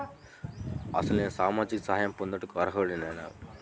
అసలు నేను సామాజిక సహాయం పొందుటకు అర్హుడనేన?